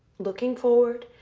looking forward.